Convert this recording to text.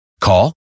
Call